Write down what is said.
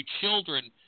children